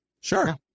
sure